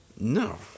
No